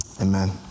amen